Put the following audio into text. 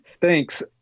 thanks